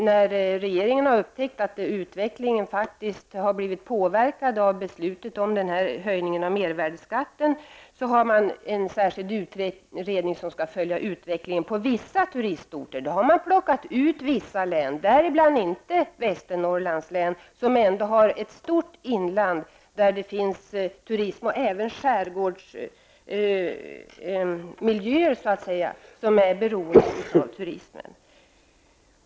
När regeringen upptäckte att utvecklingen påverkats av höjningen av mervärdeskatten, tillsatte den en särskild utredning som skall följa utvecklingen på vissa turistorter. Man har plockat ut vissa län, men inte Västernorrlands län, som ändå har ett stort inland med turism och som även har en skärgårdsmiljö som är beroende av turismen.